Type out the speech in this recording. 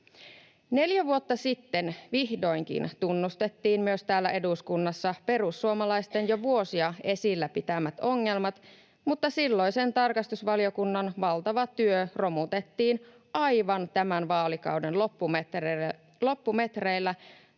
Neljä vuotta sitten, vihdoinkin, tunnustettiin myös täällä eduskunnassa perussuomalaisten jo vuosia esillä pitämät ongelmat, mutta silloisen tarkastusvaliokunnan valtava työ romutettiin aivan tämän vaalikauden loppumetreillä